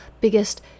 biggest